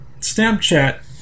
Snapchat